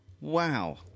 Wow